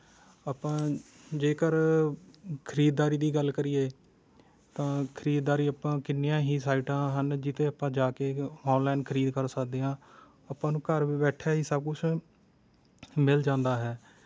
ਆਪਾਂ ਜੇਕਰ ਖਰੀਦਦਾਰੀ ਦੀ ਗੱਲ ਕਰੀਏ ਤਾਂ ਖਰੀਦਦਾਰੀ ਆਪਾਂ ਕਿੰਨੀਆਂ ਹੀ ਸਾਈਟਾਂ ਹਨ ਜਿਸ 'ਤੇ ਆਪਾਂ ਜਾ ਕੇ ਔਨਲਾਈਨ ਖਰੀਦ ਕਰ ਸਕਦੇ ਹਾਂ ਆਪਾਂ ਨੂੰ ਘਰ ਬੈਠੇ ਹੀ ਸਭ ਕੁਛ ਮਿਲ ਜਾਂਦਾ ਹੈ